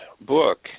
book